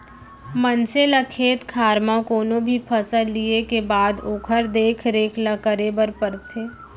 मनसे ल खेत खार म कोनो भी फसल लिये के बाद ओकर देख रेख ल करे बर परथे